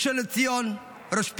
ראשון לציון, ראש פינה,